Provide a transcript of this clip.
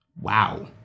Wow